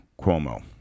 Cuomo